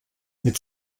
mit